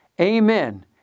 Amen